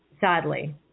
sadly